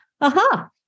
aha